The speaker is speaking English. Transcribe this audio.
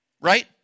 right